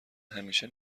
همیشه